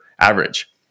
average